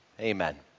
Amen